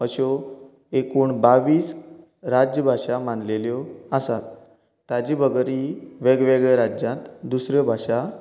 अश्यो एकूण बावीस राज्य भाशा मानलेल्यो आसात ताजे बगरी वेगवेगळे राज्यांत दुसऱ्यो भाशा